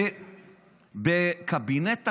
בקבינט הקורונה.